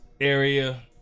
area